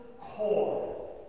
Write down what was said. core